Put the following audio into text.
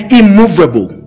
immovable